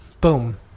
boom